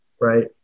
right